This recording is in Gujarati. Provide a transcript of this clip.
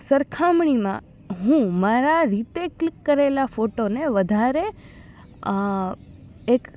સરખામણીમાં હું મારા રીતે ક્લિક કરેલા ફોટોને વધારે એક